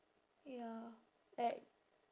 ya like